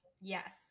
yes